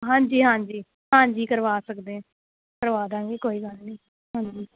ਹਾਂਜੀ ਹਾਂਜੀ ਹਾਂਜੀ ਕਰਵਾ ਸਕਦੇ ਹਾਂ ਕਰਵਾ ਦਾਂਗੇ ਕੋਈ ਗੱਲ ਨਹੀਂ ਹਾਂਜੀ